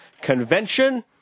Convention